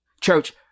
Church